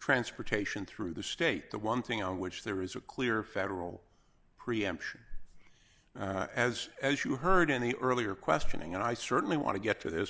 transportation through the state the one thing on which there is a clear federal preemption as as you heard in the earlier questioning and i certainly want to get to this